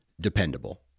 dependable